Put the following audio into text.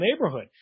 neighborhood